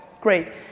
Great